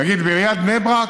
נגיד בעיריית בני ברק,